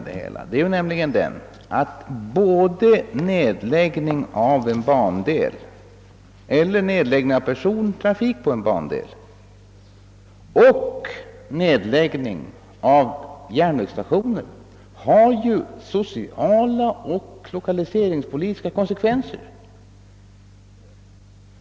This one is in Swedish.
Det är nämligen detta, att både nedläggningen av bandelar eller nedläggningen av persontrafiken på en bandel och nedläggningen av järnvägsstationer har sociala och lokaliseringspolitiska konsekvenser.